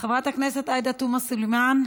חברת הכנסת עאידה תומא סלימאן,